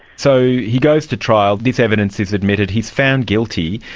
so he goes to trial, this evidence is admitted, he is found guilty,